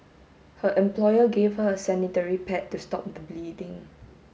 her employer gave her a sanitary pad to stop the bleeding